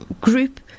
group